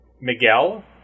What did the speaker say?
Miguel